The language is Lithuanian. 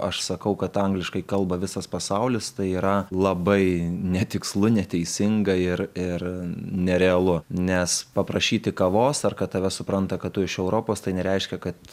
aš sakau kad angliškai kalba visas pasaulis tai yra labai netikslu neteisinga ir ir nerealu nes paprašyti kavos ar kad tave supranta kad tu iš europos tai nereiškia kad